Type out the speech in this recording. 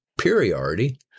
superiority